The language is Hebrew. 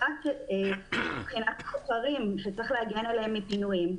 אחד מבחינת השוכרים, שצריך להגן עליהם מפינויים.